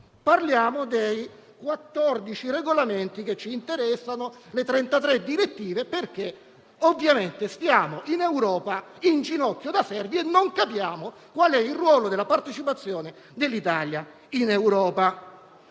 parliamo dei 14 regolamenti che ci interessano e delle 33 direttive perché siamo in Europa in ginocchio da fermi e non capiamo qual è il ruolo della partecipazione dell'Italia in Europa.